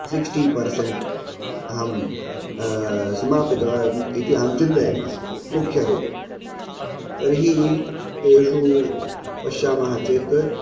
sixty percent अहम् समापितवान् इति अहं चिन्तयामि मुख्यरूपेण तर्हि तेषु पश्यामः चेत्